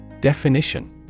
Definition